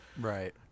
Right